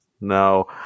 No